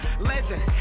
Legend